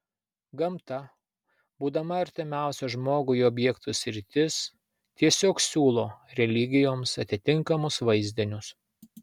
gamta būdama artimiausia žmogui objektų sritis tiesiog siūlo religijoms atitinkamus vaizdinius